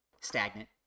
stagnant